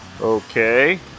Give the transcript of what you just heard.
Okay